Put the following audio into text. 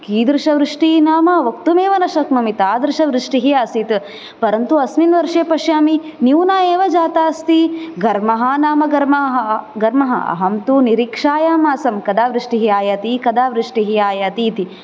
कीदृशवृष्टिः नाम वक्तुम् एव न शक्नोमि तादृशवृष्टिः आसीत् परन्तु अस्मिन् वर्षे पश्यामि न्यून्या एव जाता अस्ति घर्मः नाम घर्मः घर्मः अहं तु निरीक्षायाम् कदा वृष्टिः आयाति कदा वृष्टिः आयाति इति